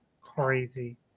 crazy